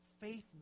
Faith